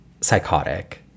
psychotic